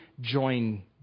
join